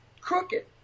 crooked